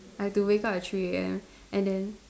I had to wake up at three A_M and then